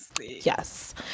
yes